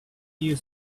you